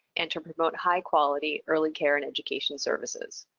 and to promote high quality early care and education services.